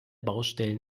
baustellen